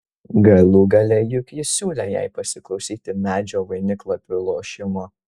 galų gale juk jis siūlė jai pasiklausyti medžio vainiklapių ošimo